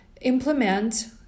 implement